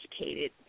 educated